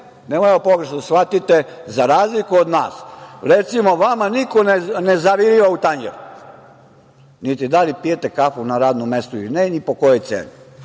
nemojte pogrešno da shvatite, za razliku od nas. Recimo, vama niko ne zaviruje u tanjir, niti da li pijete kafu na radnom mestu ili ne, ni po kojoj ceni. Mi